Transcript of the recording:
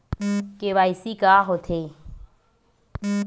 KYC का होथे?